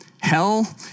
Hell